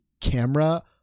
camera